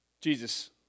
Jesus